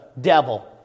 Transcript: devil